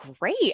great